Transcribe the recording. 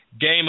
game